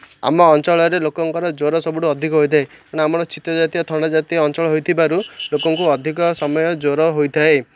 ଆମ ଅଞ୍ଚଳରେ ଲୋକଙ୍କର ଜ୍ୱର ସବୁଠୁ ଅଧିକ ହୋଇଥାଏ କେଣୁ ଆମର ଶୀତ ଜାତୀୟ ଥଣ୍ଡା ଜାତୀୟ ଅଞ୍ଚଳ ହୋଇଥିବାରୁ ଲୋକଙ୍କୁ ଅଧିକ ସମୟ ଜୋର ହୋଇଥାଏ